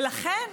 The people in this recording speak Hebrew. ולכן,